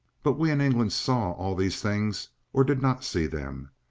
but we in england saw all these things, or did not see them,